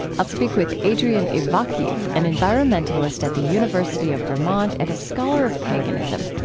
i'll speak with adrian ivakhiv, an environmentalist at the university of vermont and a scholar of paganism.